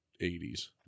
80s